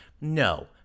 No